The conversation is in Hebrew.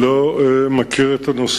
אני לא מכיר את הנושא,